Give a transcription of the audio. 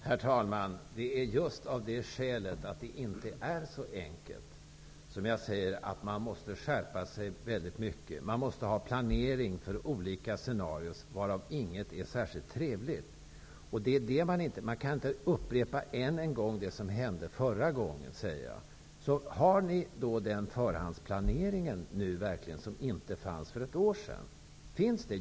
Herr talman! Det är just av det skälet, att det inte är så enkelt, som jag säger att man måste skärpa sig väldigt mycket. Man måste ha planering för olika scenarion, varav inget är särskilt trevligt. Man kan inte än en gång upprepa det som hände förra gången, säger jag. Har ni verkligen den förhandsplanering som inte fanns för ett år sedan? Finns den?